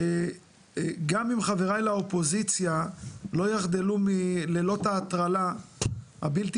שגם אם חברי לאופוזיציה לא יחדלו מלילות ההטרלה הבלתי